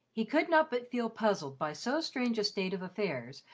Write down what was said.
he could not but feel puzzled by so strange a state of affairs,